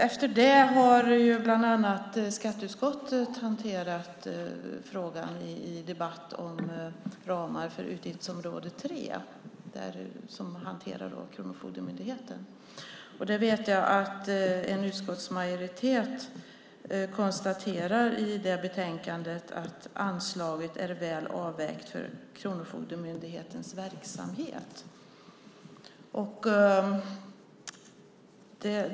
Efter det har skatteutskottet hanterat frågan i debatt om ramar för utgiftsområde 3 som hanterar Kronofogdemyndigheten. En utskottsmajoritet konstaterar i det betänkandet att anslaget är väl avvägt för Kronofogdemyndighetens verksamhet.